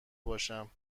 باشم